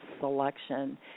selection